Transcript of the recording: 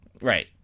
Right